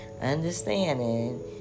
understanding